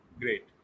great